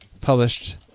published